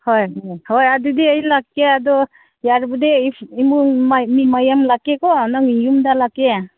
ꯍꯣꯏ ꯎꯝ ꯍꯣꯏ ꯑꯗꯨꯗꯤ ꯑꯩ ꯂꯥꯛꯀꯦ ꯑꯗꯣ ꯌꯥꯔꯕꯗꯤ ꯏꯃꯨꯡ ꯃꯤ ꯃꯌꯥꯝ ꯂꯥꯛꯀꯦ ꯀꯣ ꯅꯪ ꯌꯨꯝꯗ ꯂꯥꯛꯀꯦ